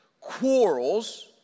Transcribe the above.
quarrels